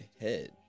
head